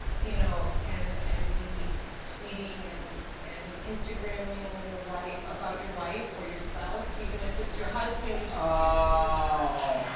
you know and and be tweeting and and instagraming when your wife, about your wife or your spouse even if it's your husband, you ah